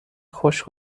خوش